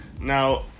Now